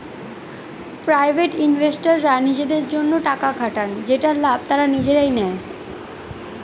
private ইনভেস্টররা নিজেদের জন্য টাকা খাটান যেটার লাভ তারা নিজেই নেয়